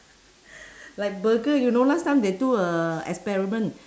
like burger you know last time they do a experiment